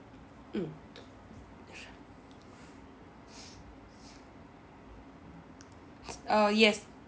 mm uh yes